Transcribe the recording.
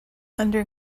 under